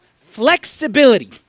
flexibility